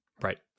Right